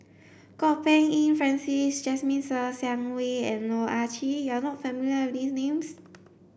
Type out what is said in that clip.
Kwok Peng Kin Francis Jasmine Ser Xiang Wei and Loh Ah Chee you are not familiar with these names